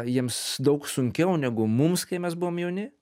jiems daug sunkiau negu mums kai mes buvom jauni